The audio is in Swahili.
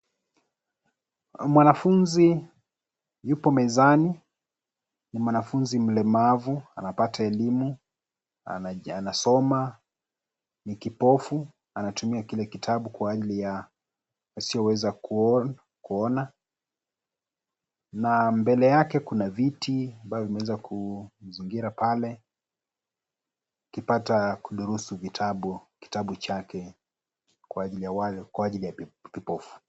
Mwanafunzi yupo mezani ni mwanafunzi mlemavu, anapata elimu, anasoma ni kipofu anatumia kitabu kwa ajili ya asiyoweza kuona, na mbele yake kuna viti ambavyo zimeweza kuzingira pale akipata kudurusu kitabu chake kwa ajili ya kipofu.